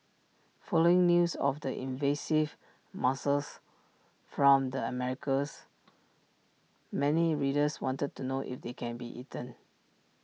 following news of the invasive mussel from the Americas many readers wanted to know if they can be eaten